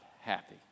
happy